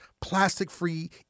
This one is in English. plastic-free